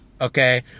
okay